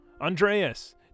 Andreas